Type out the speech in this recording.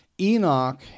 Enoch